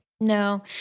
No